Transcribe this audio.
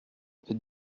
avait